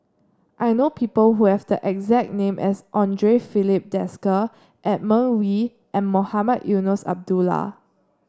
I know people who have the exact name as Andre Filipe Desker Edmund Wee and Mohamed Eunos Abdullah